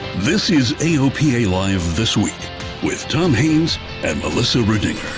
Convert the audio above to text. this is aopa live this week with tom haines and melissa rudinger.